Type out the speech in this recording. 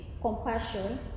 compassion